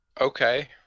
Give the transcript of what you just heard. Okay